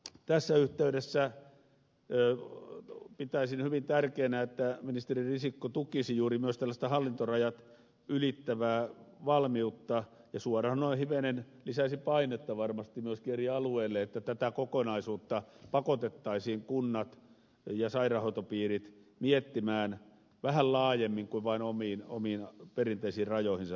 tässä yhteydessä pitäisin hyvin tärkeänä että ministeri risikko tukisi juuri myös tällaista hallintorajat ylittävää valmiutta ja suoraan noin hivenen lisäisi painetta varmasti myöskin eri alueille että tätä kokonaisuutta pakotettaisiin kunnat ja sairaanhoitopiirit miettimään vähän laajemmin kuin vain omiin perinteisiin rajoihinsa keskittyen